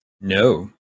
No